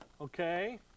Okay